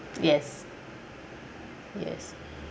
yes yes